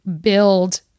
build